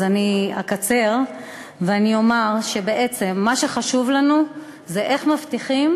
אז אני אקצר ואומר שבעצם מה שחשוב לנו זה איך מבטיחים